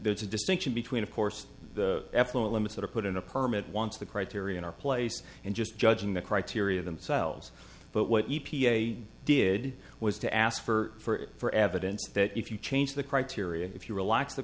there's a distinction between of course the effluent limits that are put in a permit once the criterion are place and just judging the criteria themselves but what e p a did was to ask for evidence that if you change the criteria if you relax the